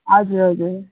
हजुर हजुर